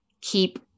keep